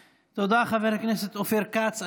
תודה, חבר הכנסת אופיר כץ.